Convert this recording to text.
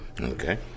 Okay